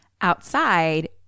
Outside